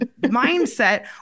mindset